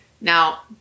Now